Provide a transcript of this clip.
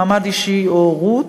מעמד אישי או הורות.